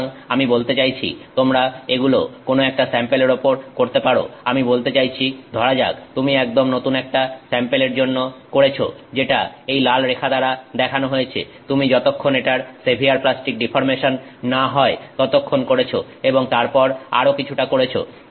সুতরাং আমি বলতে চাইছি তোমরা এগুলো কোন একটা স্যাম্পেলের উপর করতে পারো আমি বলতে চাইছি ধরা যাক তুমি একদম নতুন একটা স্যাম্পেলের জন্য করেছ যেটা এই লাল রেখা দ্বারা দেখানো হয়েছে তুমি যতক্ষন এটার সেভিয়ার প্লাস্টিক ডিফর্মেশন না হয় ততক্ষণ করেছ এবং তারপর আরও কিছুটা করেছ